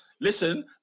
Listen